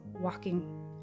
walking